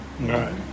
Right